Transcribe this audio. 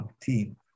team